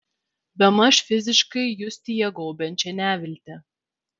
bemaž fiziškai justi ją gaubiančią neviltį